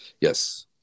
yes